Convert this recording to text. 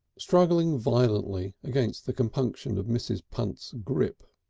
struggling violently against the compunction of mrs. punt's grip.